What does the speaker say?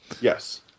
Yes